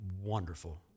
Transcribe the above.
wonderful